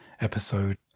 episode